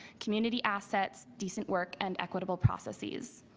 community assets decent work and equitable processes.